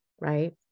right